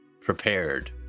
prepared